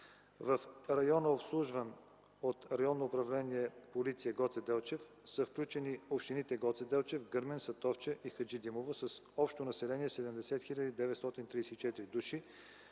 В района, обслужван от Районно управление „Полиция” – Гоце Делчев, са включени общините Гоце Делчев, Гърмен, Сатовча и Хаджидимово с общо население 70 934 души.